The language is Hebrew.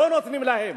לא נותנים להם.